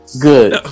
Good